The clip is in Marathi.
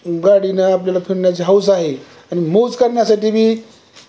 गाडीने आपल्याला फिरण्याचे हौस आहे आणि मौज करण्यासाठी बी